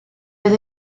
oedd